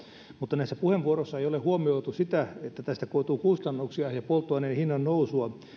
mutta näissä puheenvuoroissa ei ole huomioitu sitä että tästä koituu kustannuksia ja polttoaineen hinnan nousua